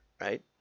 right